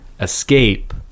escape